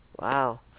wow